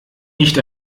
nicht